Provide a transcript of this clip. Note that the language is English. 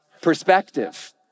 perspective